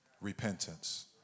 Repentance